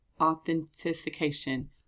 authentication